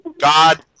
God